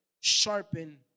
sharpen